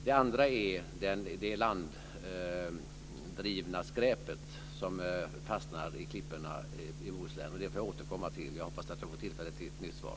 Den andra delen gäller det ilanddrivna skräpet, som fastnar i klipporna i Bohuslän. Det får jag återkomma till; jag hoppas att jag får tillfälle till ett nytt svar.